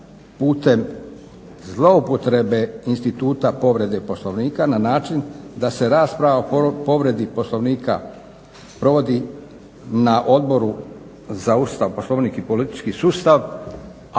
putem zloupotrebe instituta povrede Poslovnika na način da se rasprava o povredi Poslovnika provodi na Odboru za Ustav, Poslovnik i politički sustav,